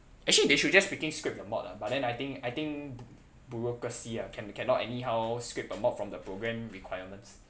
actually they should just freaking scrape the mod lah I think I think bureaucracy ah can~ cannot anyhow scrape a mod from the program requirements